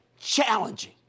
challenging